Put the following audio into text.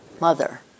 Mother